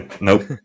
Nope